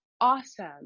awesome